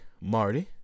Marty